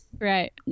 Right